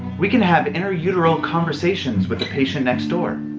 we can have inter-uteral conversations with the patient next door.